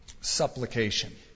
supplication